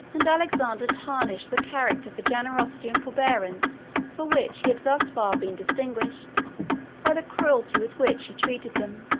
and alexander tarnished the character for generosity and forbearance for which he had thus far been distinguished by the cruelty with which he treated them.